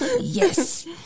Yes